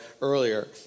earlier